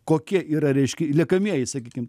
kokie yra reiškia liekamieji sakykim